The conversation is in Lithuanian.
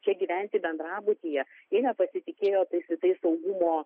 čia gyventi bendrabutyje jie nepasitikėjo tais visais saugumo